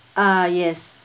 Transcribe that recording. ah yes